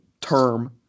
term